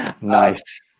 nice